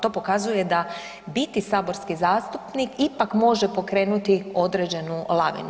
To pokazuje da biti saborski zastupnik ipak može pokrenuti određenu lavinu.